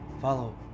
Follow